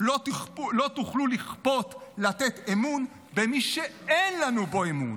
לא תוכלו לכפות לתת אמון במי שאין לנו בו אמון.